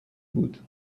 بود